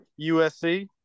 USC